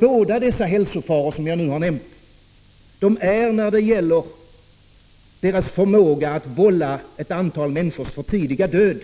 Båda dessa hälsofaror, som jag nu nämnt, är när det gäller förmågan att vålla ett antal människors för tidiga död